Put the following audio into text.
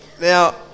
now